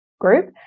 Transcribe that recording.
group